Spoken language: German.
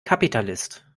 kapitalist